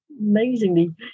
amazingly